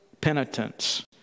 penitence